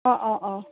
অঁ অঁ অঁ